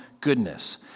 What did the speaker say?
goodness